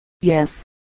yes